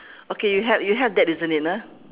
okay you have you have that isn't it ah